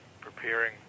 preparing